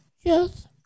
yes